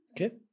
Okay